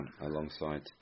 alongside